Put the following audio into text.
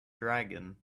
dragon